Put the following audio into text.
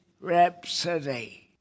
Rhapsody